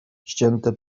ścięte